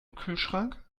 kühlschrank